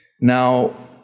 Now